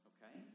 Okay